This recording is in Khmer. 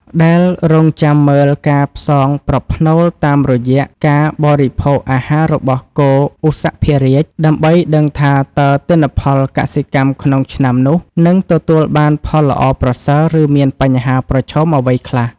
ដែលរង់ចាំមើលការផ្សងប្រផ្នូលតាមរយៈការបរិភោគអាហាររបស់គោឧសភរាជ ដើម្បីដឹងថាតើទិន្នផលកសិកម្មក្នុងឆ្នាំនោះនឹងទទួលបានផលល្អប្រសើរ ឬមានបញ្ហាប្រឈមអ្វីខ្លះ។